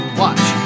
watch